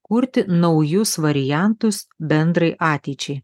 kurti naujus variantus bendrai ateičiai